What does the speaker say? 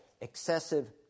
excessive